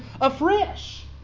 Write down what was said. afresh